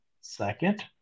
second